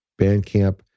Bandcamp